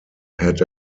had